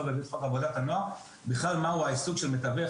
לא בהיבט של עבודת הנוער אלא בכלל מהו העיסוק של מתווך,